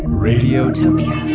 radiotopia